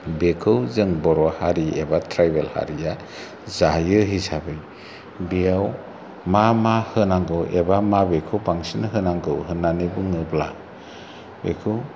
बेखौ जों बर' हारि एबा ट्राइबेल हारिया जायो हिसाबै बेयाव मा मा होनांगौ एबा माबेखौ बांसिन होनांगौ होननानै बुङोब्ला बेखौ